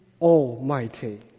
Almighty